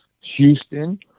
Houston